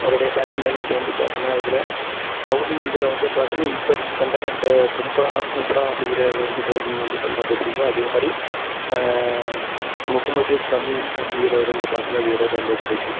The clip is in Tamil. அவங்களோடைய பேட்ஸ்மேன் இது வந்து பார்த்தினா இதில் பௌலிங் இதில் வந்து பார்த்தினா இப்போ ரீசெண்டாக அந்த பும்ப்பா பும்ப்ரா அப்படிங்கற இது வந்து பௌலிங் வந்து பார்த்தினா ரொம்ப பிடிக்கும் அதே மாதிரி முஹமது சமீ அப்படிங்கறவரு வந்து பார்த்தினா வீரர் வந்து ரொம்ப பிடிக்கும்